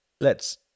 Let's